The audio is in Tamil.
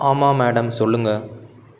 ஆமாம் மேடம் சொல்லுங்கள்